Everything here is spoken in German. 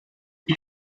ich